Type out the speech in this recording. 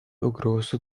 угрозу